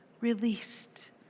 released